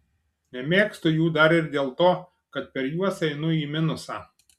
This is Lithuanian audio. nemėgstu jų dar ir dėl to kad per juos einu į minusą